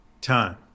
time